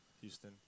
Houston